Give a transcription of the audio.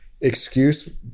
excuse